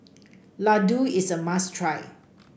Ladoo is a must try